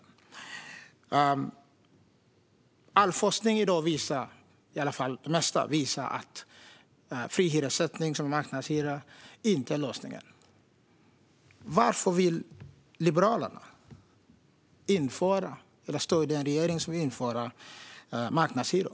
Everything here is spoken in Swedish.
Den mesta forskningen i dag visar att fri hyressättning, som marknadshyror, inte är lösningen. Varför vill Liberalerna stödja en regering som vill införa marknadshyror?